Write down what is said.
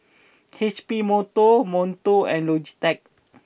H P Monto Monto and Logitech